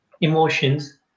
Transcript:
emotions